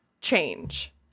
change